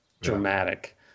dramatic